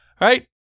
right